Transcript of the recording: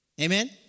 Amen